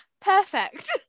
Perfect